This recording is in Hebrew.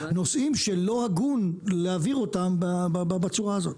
נושאים שלא הגון להעביר אותם בצורה הזאת.